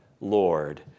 Lord